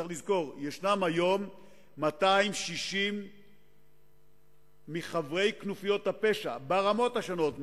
צריך לזכור שיש היום 260 מחברי כנופיות הפשע ברמות השונות,